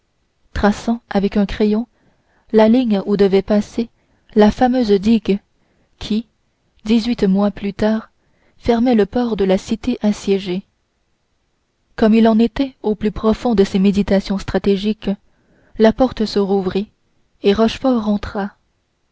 traçant avec un crayon la ligne où devait passer la fameuse digue qui dix-huit mois plus tard fermait le port de la cité assiégée comme il en était au plus profond de ses méditations stratégiques la porte se rouvrit et